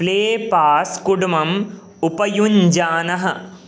play pass कुड्मम् उपयुञ्जानः